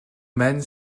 мань